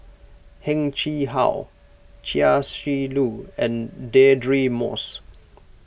Heng Chee How Chia Shi Lu and Deirdre Moss